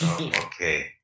Okay